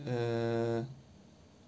uh